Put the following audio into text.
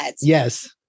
Yes